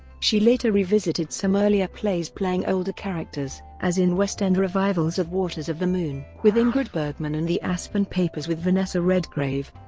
she later revisited some earlier plays playing older characters, as in west end revivals of waters of the moon with ingrid bergman and the aspern papers with vanessa redgrave.